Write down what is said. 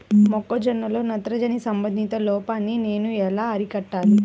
మొక్క జొన్నలో నత్రజని సంబంధిత లోపాన్ని నేను ఎలా అరికట్టాలి?